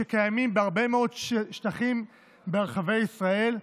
שקיימים בהרבה מאוד שטחים ברחבי ישראל,